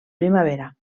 primavera